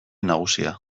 nagusia